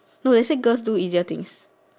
no they said girls do easier things